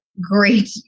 great